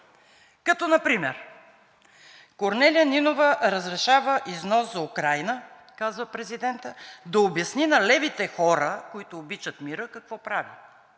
като например: „Корнелия Нинова разрешава износ за Украйна – казва президентът. – Да обясни на левите хора, които обичат мира, какво прави?“